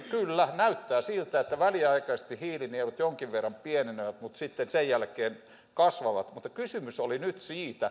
kyllä näyttää siltä että väliaikaisesti hiilinielut jonkin verran pienenevät mutta sitten sen jälkeen kasvavat mutta kysymys oli nyt siitä